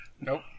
nope